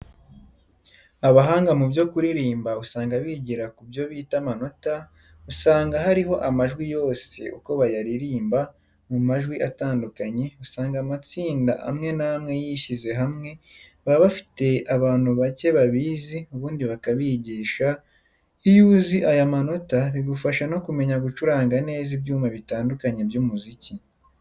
Abahanga mu byo kuririmba usanga bigira kubyo bita amanota, usanga hariho amajwi yose uko bayaririmba mu majwi atandukanye, usanga amatsinda amwe n'amwe yishyize hamwe baba bafite abantu bake babizi ubundi bakabigisha, iyo uzi aya manota bigufasha no kumenya gucuranga neza ibyuma bitandukanye by'umuziki.